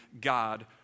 God